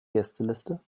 gästeliste